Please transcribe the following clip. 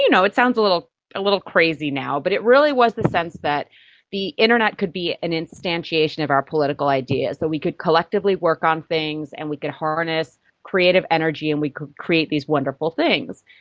you know, it sounds a little ah little crazy now but it really was the sense that the internet could be an instantiation of our political ideas, that we could collectively work on things and we could harness creative energy and we could create these wonderful things.